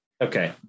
Okay